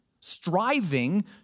striving